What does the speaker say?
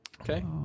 Okay